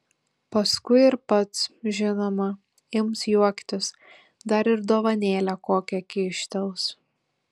paskui ir pats žinoma ims juoktis dar ir dovanėlę kokią kyštels